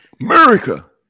America